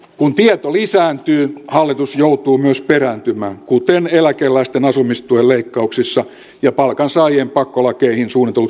kun tieto lisääntyy hallitus joutuu myös perääntymään kuten eläkeläisten asumistuen leikkaukseen ja palkansaajien pakkolakeihin suunnitellut korjaukset kertovat